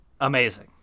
amazing